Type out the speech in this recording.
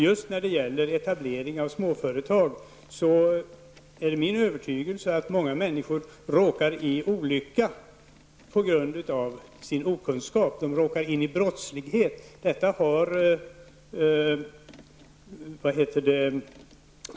Just när det gäller etablering av småföretag är det min övertygelse att många människor råkar i olycka på grund av sin bristande kunskap. De råkar in i brottslighet.